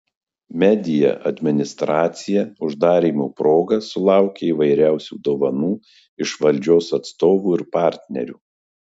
media administracija atidarymo proga sulaukė įvairiausių dovanų iš valdžios atstovų ir partnerių